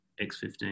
X15